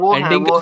ending